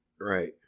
right